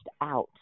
out